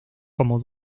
como